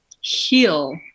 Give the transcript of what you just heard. heal